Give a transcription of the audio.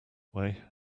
way